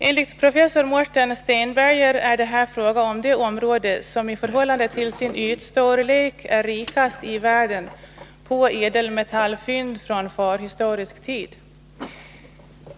Enligt professor Mårten Stenberger är det här fråga om det område som i förhållande till sin ytstorlek är rikast i världen på ädelmetallfynd från förhistorisk tid.